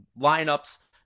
lineups